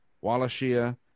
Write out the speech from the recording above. Wallachia